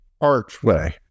archway